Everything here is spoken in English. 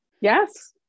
Yes